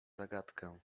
zagadkę